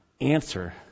answer